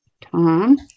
Tom